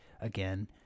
again